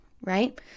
right